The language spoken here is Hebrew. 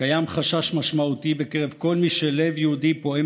קיים חשש משמעותי בקרב כל מי שלב יהודי פועם